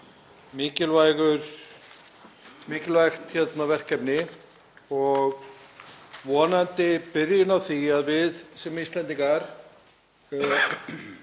Mikilvægt verkefni og vonandi byrjunin á því að við Íslendingar